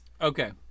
Okay